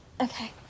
okay